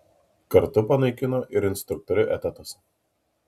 kartu panaikino ir instruktorių etatus